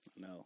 No